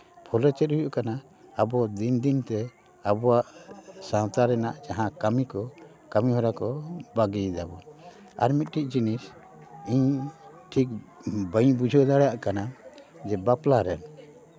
ᱯᱷᱚᱞᱮ ᱪᱮᱫ ᱦᱩᱭᱩᱜ ᱠᱟᱱᱟ ᱟᱵᱚ ᱫᱤᱱ ᱫᱤᱱ ᱛᱮ ᱟᱵᱚᱣᱟᱜ ᱥᱟᱶᱛᱟ ᱨᱮᱱᱟᱜ ᱡᱟᱦᱟᱸ ᱠᱟᱹᱢᱤ ᱠᱚ ᱠᱟᱹᱢᱤ ᱦᱚᱨᱟ ᱠᱚ ᱵᱟᱹᱜᱤᱭ ᱫᱟᱵᱚᱱ ᱟᱨ ᱢᱤᱫᱴᱤᱱ ᱡᱤᱱᱤᱥ ᱤᱧ ᱴᱷᱤᱠ ᱵᱟᱹᱧ ᱵᱩᱡᱷᱟᱹᱣ ᱫᱟᱲᱮᱭᱟᱜ ᱠᱟᱱᱟ ᱡᱮ ᱵᱟᱯᱞᱟ ᱨᱮ